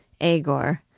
Agor